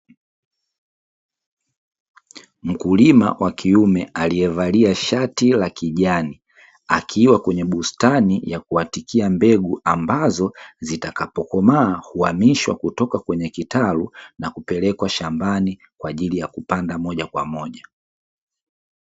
Mkulima wa kiume aliyevalia shati la kijani, akiwa kwenye bustani ya kuatikia mbegu ambazo zitakapokomaa huamishwa kutoka kwenye kitalu, na kwenda shambani kwa ajili ya kupanda moja kwa moja.